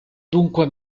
dunque